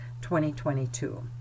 2022